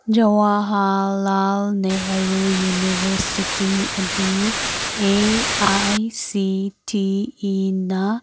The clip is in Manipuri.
ꯖꯋꯥꯍꯔꯂꯥꯜ ꯅꯦꯍꯔꯨ ꯌꯨꯅꯤꯕꯔꯁꯤꯇꯤ ꯑꯗꯨ ꯑꯦ ꯑꯥꯏ ꯁꯤ ꯇꯤ ꯏꯅ